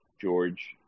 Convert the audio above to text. George